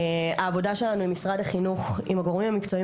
העבודה שלנו עם הגורמים המקצועיים